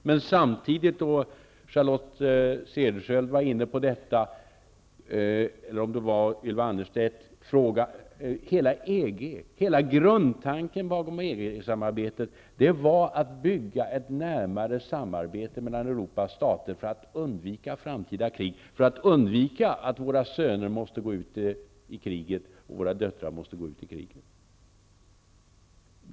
Men samtidigt -- Charlotte Cederschiöld eller om det var Ylva Annerstedt var inne på detta -- är hela grundtanken bakom EG-samarbetet att bygga ett närmare samarbete mellan Europas stater för att undvika framtida krig, för att undvika att våra söner och våra döttrar måste gå ut i krig.